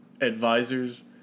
advisor's